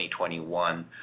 2021